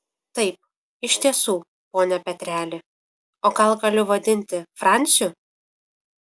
taip iš tiesų pone petreli o gal galiu vadinti franciu